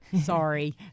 Sorry